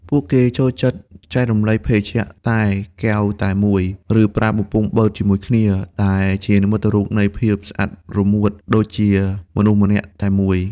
ពួកគេចូលចិត្តចែករំលែកភេសជ្ជៈតែកែវតែមួយ ឬប្រើបំពង់បឺតជាមួយគ្នា ដែលជានិមិត្តរូបនៃភាពស្អិតរមួតដូចជាមនុស្សម្នាក់តែមួយ។